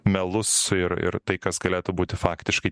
melus ir ir tai kas galėtų būti faktiškai